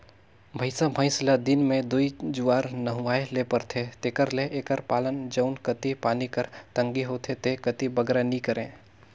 भंइसा भंइस ल दिन में दूई जुवार नहुवाए ले परथे तेकर ले एकर पालन जउन कती पानी कर तंगी होथे ते कती बगरा नी करें